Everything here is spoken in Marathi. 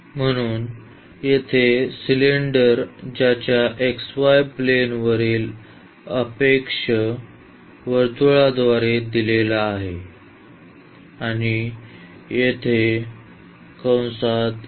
म्हणून येथे सिलेंडर ज्याचा xy प्लेनवरील आक्षेप वर्तुळाद्वारे दिलेला आहे आणि येथे केंद्र आहे